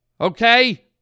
okay